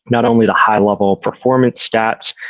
not only the high level performance stats,